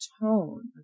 tone